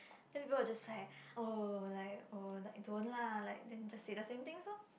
then people will just like oh like oh like don't lah like then just say the same things orh